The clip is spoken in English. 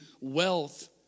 wealth